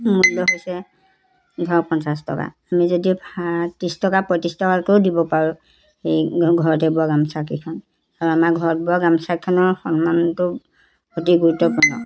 মূল্য হৈছে ধৰক পঞ্চাছ টকা আমি যদি ভা ত্ৰিছ টকা পঁয়ত্ৰিছ টকাকৈও দিব পাৰোঁ এই ঘৰতে বোৱা গামোচাকিখন আৰু আমাৰ ঘৰত বোৱা গামোচাকিখনৰ সন্মানটো অতি গুৰুত্বপূৰ্ণ